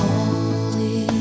Holy